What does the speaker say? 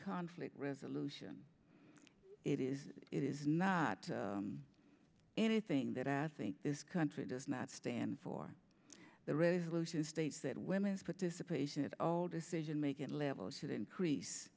conflict resolution it is it is not anything that i think this country does not stand for the resolution states that women's participation at all decision making levels should increase